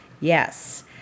yes